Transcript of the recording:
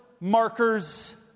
markers